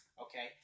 okay